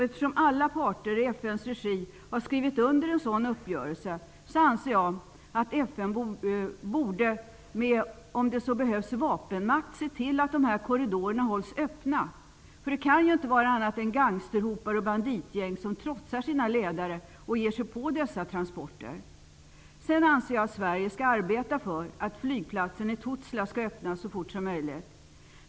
Eftersom alla parter i FN:s regi skrivit under en sådan uppgörelse, anser jag att FN borde se till att dessa korridorer hålls öppna -- med vapenmakt om så behövs. Det kan ju inte vara annat än gangsterhopar och banditgäng som trotsar sina ledare och ger sig på dessa transporter. Sedan anser jag att Sverige skall arbeta för att flygplatsen i Tuzla öppnas så fort som möjligt.